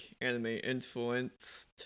anime-influenced